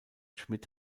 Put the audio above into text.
schmidt